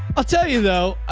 i'll tell you though.